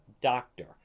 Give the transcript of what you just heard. doctor